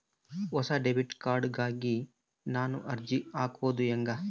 ಹೊಸ debit card ಗಾಗಿ ನಾನು ಅರ್ಜಿ ಹಾಕೊದು ಹೆಂಗ?